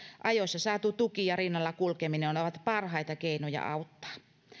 ajoissa saatu tuki ja rinnalla kulkeminen ovat parhaita keinoja auttaa